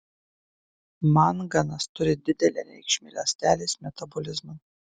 manganas turi didelę reikšmę ląstelės metabolizmui